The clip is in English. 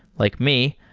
like me,